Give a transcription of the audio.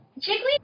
Chickweed